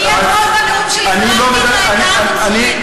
אני אתמול בנאום שלי לא דיברתי על העדה הנוצרית.